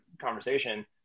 conversation